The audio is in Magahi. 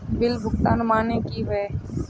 बिल भुगतान माने की होय?